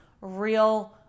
real